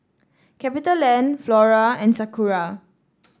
Capitaland Flora and Sakura